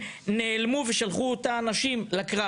נעלמו ושלחו את האנשים לקרב.